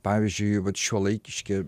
pavyzdžiui vat šiuolaikiški